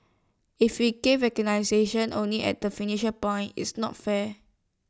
if we give recognition only at the finishing point it's not fair